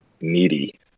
needy